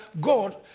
God